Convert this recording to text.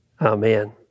Amen